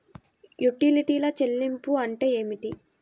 యుటిలిటీల చెల్లింపు అంటే ఏమిటి?